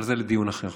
אבל זה לדיון אחר.